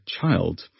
child